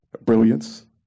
brilliance